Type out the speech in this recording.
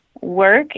work